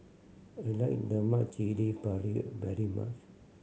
I like lemak cili padi very much